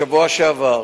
בשבוע שעבר